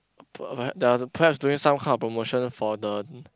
p~ the perhaps doing some kind of promotion for the